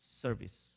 service